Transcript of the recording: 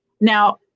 Now